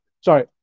Sorry